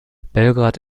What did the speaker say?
belgrad